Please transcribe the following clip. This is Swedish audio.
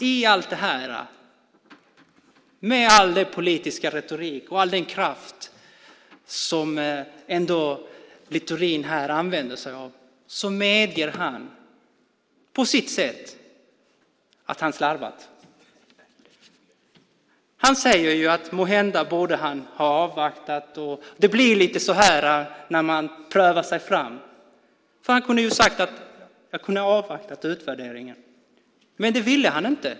I allt det här, med all den politiska retorik och all den kraft som Littorin här använder sig av medger han på sitt sätt att han har slarvat. Han säger att han måhända borde ha avvaktat och att det blir lite så här när man prövar sig fram. Han kunde ju ha sagt att man kunde ha avvaktat utvärderingen. Men det ville han inte.